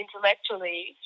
intellectually